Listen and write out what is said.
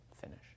finish